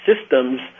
systems